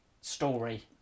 story